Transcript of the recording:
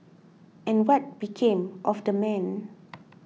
and what became of the man